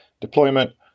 deployment